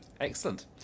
Excellent